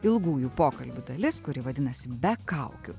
ilgųjų pokalbių dalis kuri vadinasi be kaukių